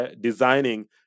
designing